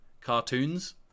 Cartoons